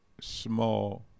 small